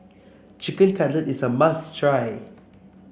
Chicken Cutlet is a must try